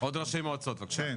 עוד ראשי מועצות בבקשה.